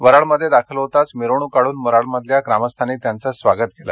वराडमध्ये दाखल होताच मिरवणूक काढून वराडमधल्या ग्रामस्थांनी त्यांचं स्वागत केलं